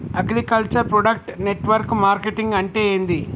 Agriculture product network marketing అంటే ఏంది?